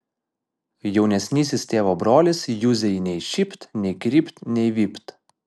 jaunesnysis tėvo brolis juzei nei šypt nei krypt nei vypt